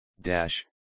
Dash